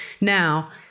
Now